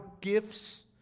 gifts